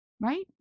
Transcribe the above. right